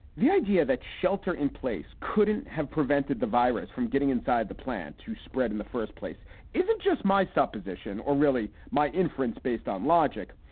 the idea that shelter in place couldn't have prevented the virus from getting inside the plant to spread in the first place isn't just my suppositions or really my inference based on logic.